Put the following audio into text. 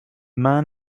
man